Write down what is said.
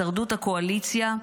הישרדות הקואליציה.